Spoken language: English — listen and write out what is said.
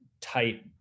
tight